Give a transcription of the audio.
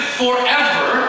forever